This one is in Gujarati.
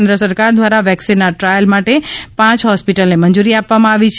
કેન્દ્ર સરકાર દ્વારા વેક્સીનના ટ્રાયલ માટે પાંચ હોસ્પિટલને મં જૂરી આપવામાં આવી છે